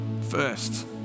first